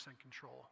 control